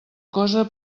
cosa